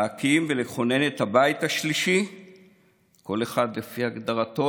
להקים ולכונן את הבית השלישי, כל אחד לפי הגדרתו,